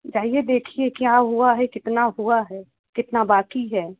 जाइए देखिए क्या हुआ है कितना हुआ है कितना बाकी है